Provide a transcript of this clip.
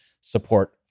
support